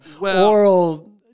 oral